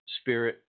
spirit